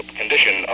condition